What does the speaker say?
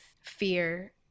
fear